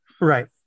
Right